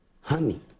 honey